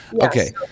okay